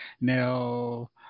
Now